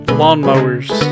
lawnmowers